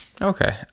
Okay